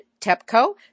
TEPCO